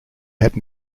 had